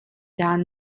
dann